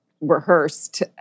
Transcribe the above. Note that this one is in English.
rehearsed